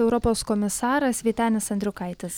europos komisaras vytenis andriukaitis